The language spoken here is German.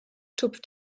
tupft